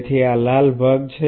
તેથી આ લાલ ભાગ છે